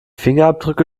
fingerabdrücke